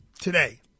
today